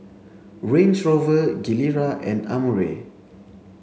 Range Rover Gilera and Amore